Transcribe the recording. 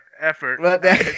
effort